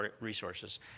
resources